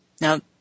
Now